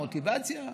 מוטיבציה גבוהה,